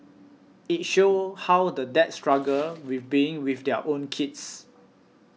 it shows how the dads struggle with being with their own kids